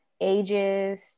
ages